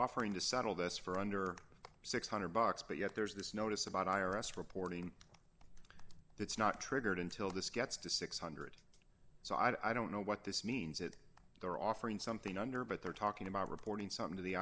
offering to settle this for under six hundred dollars but yet there's this notice about i r s reporting that's not triggered until this gets to six hundred so i don't know what this means that they're offering something under but they're talking about reporting something to the